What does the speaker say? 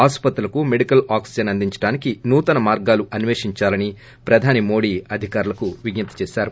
ఆస్పత్రులకు medical oxygen అందించడానికి నూతన మార్గాలను అస్వేషిందాలని ప్రధాన మంత్రి నరేంద్ర మోదీ అధికారులకు విజ్ఞప్తి చేశారు